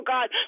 God